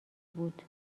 بود